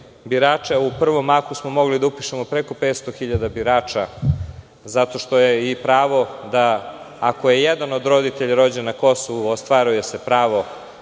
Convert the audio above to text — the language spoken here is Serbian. u pravom mahu smo mogli da upišemo preko 500.000 birača zato što je i pravo da ako je jedan od roditelja rođen na Kosovu ostvaruje se pravo